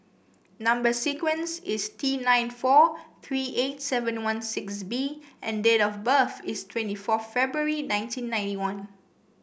number sequence is T nine four three eight seven one six B and date of birth is twenty four February nineteen ninety one